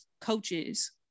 coaches